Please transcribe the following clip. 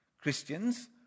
Christians